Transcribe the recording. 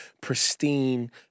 pristine